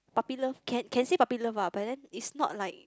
puppy love can can say puppy love lah but then it's not like